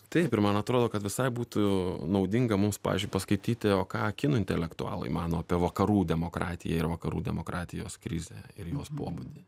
taip ir man atrodo kad visai būtų naudinga mums pavyzdžiui paskaityti o ką kinų intelektualai mano apie vakarų demokratiją ir vakarų demokratijos krizę ir jos pobūdį